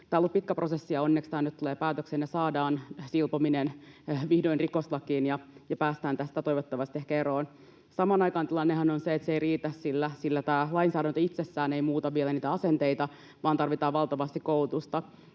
Tämä on ollut pitkä prosessi, ja onneksi tämä nyt tulee päätökseen ja saadaan silpominen vihdoin rikoslakiin ja päästään tästä toivottavasti ehkä eroon. Samaan aikaanhan tilanne on se, että se ei riitä, sillä tämä lainsäädäntö itsessään ei muuta vielä niitä asenteita, vaan tarvitaan valtavasti koulutusta.